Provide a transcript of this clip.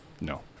No